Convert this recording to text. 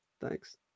Thanks